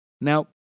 Now